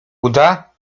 uda